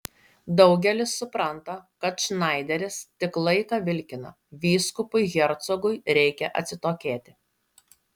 daugelis supranta kad šnaideris tik laiką vilkina vyskupui hercogui reikia atsitokėti